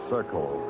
Circle